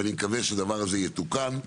ואני מקווה שהדבר הזה יתוקן.